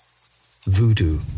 Voodoo